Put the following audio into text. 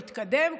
להתקדם,